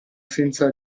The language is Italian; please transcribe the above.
senza